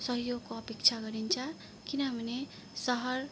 सहयोगको अपेक्षा गरिन्छ किनभने सहर